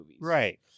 Right